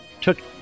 took